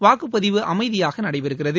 வாக்குப்பதிவு அமைதியாக நடைபெறுகிறது